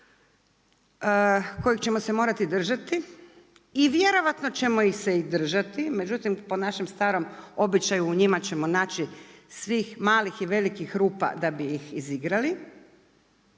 kojih ćemo se morati držati i vjerojatno ćemo ih se držati, međutim po našem starom običaju u njima ćemo naći svih malih i velikih rupa da bi ih izigrali,